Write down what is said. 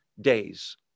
days